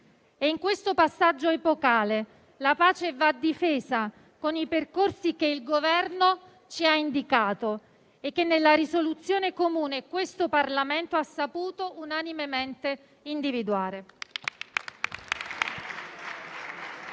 e in questo passaggio epocale la pace va difesa con i percorsi che il Governo ci ha indicato e che nella risoluzione comune questo Parlamento ha saputo unanimemente individuare.